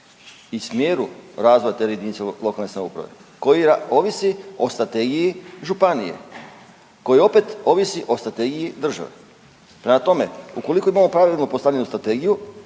i smjeru razvoja te jedinice lokalne samouprave koji ovisi o strategiji županije, koji opet ovisi o strategiji države. Prema tome, ukoliko imamo pravilno postavljenu strategiju